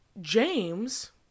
James